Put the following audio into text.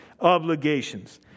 obligations